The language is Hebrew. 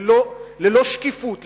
ללא שקיפות,